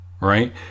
right